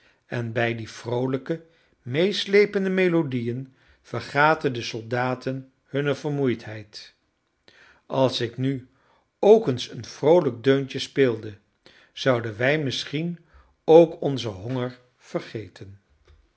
en bij die vroolijke meeslepende melodieën vergaten de soldaten hunne vermoeidheid als ik nu ook eens een vroolijk deuntje speelde zouden wij misschien ook onzen honger vergeten